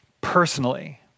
personally